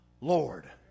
Lord